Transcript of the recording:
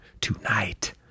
Tonight